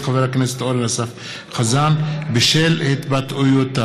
חבר הכנסת אורן אסף חזן בשל התבטאויות.